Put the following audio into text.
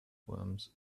worms